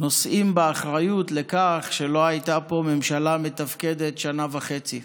נושאים באחריות לכך שלא הייתה פה ממשלה מתפקדת שנה וחצי.